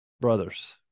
Brothers